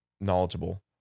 knowledgeable